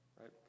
right